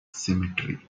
cemetery